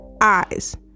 eyes